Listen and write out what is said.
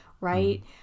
right